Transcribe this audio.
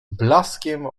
blaskiem